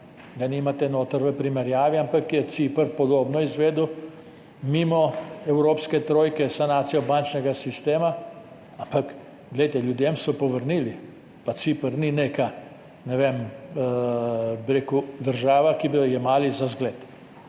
ga nimate notri v primerjavi, ampak je Ciper podobno izvedel mimo evropske trojke sanacijo bančnega sistema, ampak ljudem so povrnili, pa Ciper ni neka država, ki bi jo jemali za zgled,